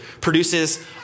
produces